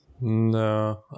No